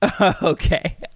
Okay